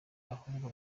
ahubwo